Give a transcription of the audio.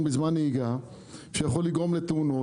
בזמן נהיגה מה שיכול לגרום לתאונות.